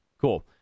Cool